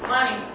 Money